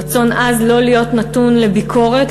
רצון עז לא להיות נתון לביקורת,